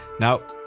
Now